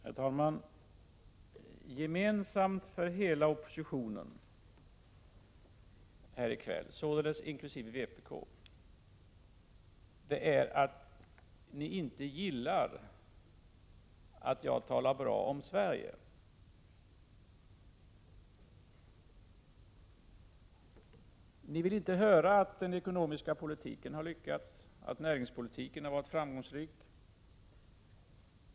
Herr talman! Gemensamt för hela oppositionen — inkl. vpk — här i kväll är att ni inte gillar att jag talar bra om Sverige. Ni vill inte höra att den ekonomiska politiken har lyckats, och att näringspolitiken har varit framgångsrik.